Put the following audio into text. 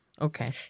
Okay